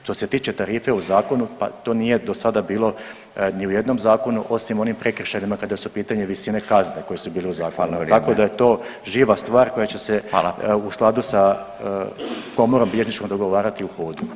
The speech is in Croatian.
Što se tiče tarife u zakonu, pa to nije dosada bilo ni u jednom zakonu osim onim prekršajnima kada su u pitanju visine kazne koje su bile u zakonu [[Upadica: Hvala vrijeme.]] tako da je to živa stvar koja će se [[Upadica: Hvala.]] u skladu sa komorom bilježničkom dogovarati u hodu.